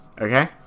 Okay